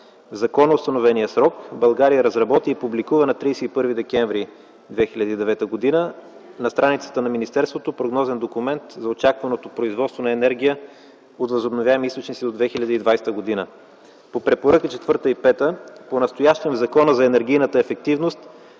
законоустановения срок България разработи и публикува на 31 декември 2009 г. на страницата на министерството прогнозен документ за очакваното производство на енергия от възобновяеми източници до 2020 г. По препоръки четвърта и пета. Понастоящем в Закона за енергийната ефективност